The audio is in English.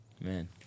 man